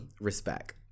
respect